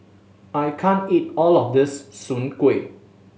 I can't eat all of this Soon Kueh